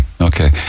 okay